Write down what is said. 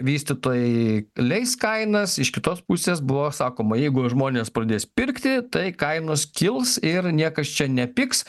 vystytojai leis kainas iš kitos pusės buvo sakoma jeigu žmonės pradės pirkti tai kainos kils ir niekas čia nepigs